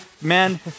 Man